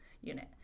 unit